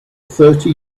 thirty